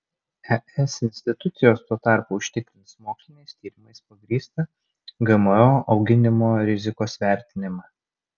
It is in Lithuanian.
es institucijos tuo tarpu užtikrins moksliniais tyrimais pagrįstą gmo auginimo rizikos vertinimą